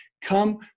come